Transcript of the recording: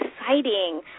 exciting